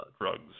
drugs